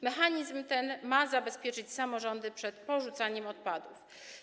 Mechanizm ten ma zabezpieczyć samorządy przed porzucaniem odpadów.